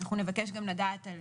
אנחנו נבקש גם לדעת על